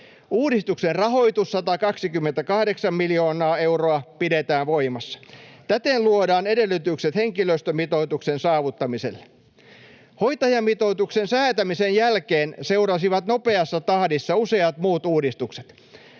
Uudistuksen rahoitus, 128 miljoonaa euroa, pidetään voimassa. Täten luodaan edellytykset henkilöstömitoituksen saavuttamiselle. [Timo Heinosen välihuuto] Hoitajamitoituksen säätämisen jälkeen seurasivat nopeassa tahdissa useat muut uudistukset.